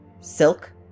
Silk